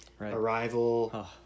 Arrival